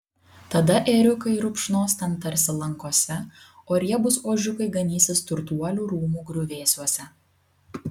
tada ėriukai rupšnos ten tarsi lankose o riebūs ožiukai ganysis turtuolių rūmų griuvėsiuose